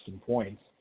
points